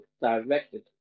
directed